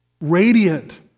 radiant